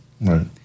Right